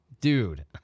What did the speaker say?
Dude